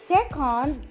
Second